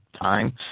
time